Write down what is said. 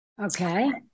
Okay